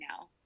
now